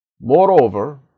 Moreover